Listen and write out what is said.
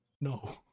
no